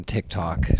TikTok